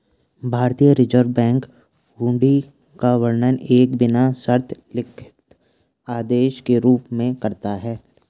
भारतीय reserve bank हुंडी का वर्णन एक बिना शर्त लिखित आदेश के रूप में करता है